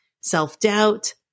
Self-doubt